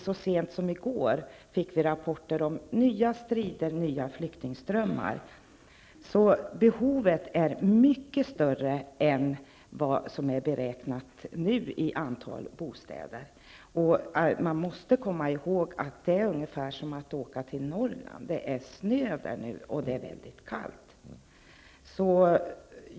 Så sent som i går fick vi rapporter om nya strider och nya flyktingströmmar. Behovet av bostäder är mycket större än vad som hittills har beräknats. Man måste också komma ihåg att klimatet därnere är ungefär som i Norrland. Det är nu snö och mycket kallt.